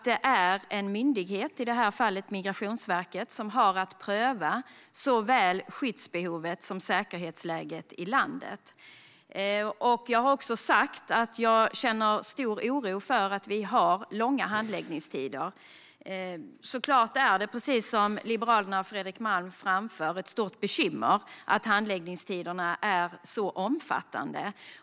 Det är en myndighet, i det här fallet Migrationsverket, som har att pröva såväl skyddsbehovet som säkerhetsläget i landet. Jag har också sagt att jag känner stor oro över att vi har långa handläggningstider. Det är såklart, precis som Liberalerna och Fredrik Malm framför, ett stort bekymmer att handläggningstiderna är omfattande.